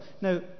Now